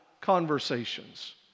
conversations